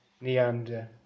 Neander